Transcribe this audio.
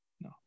No